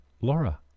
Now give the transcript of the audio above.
Laura